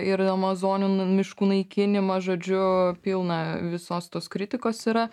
ir amazonių miškų naikinimą žodžiu pilna visos tos kritikos yra